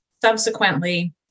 subsequently